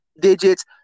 digits